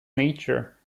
nature